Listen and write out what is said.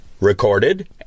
recorded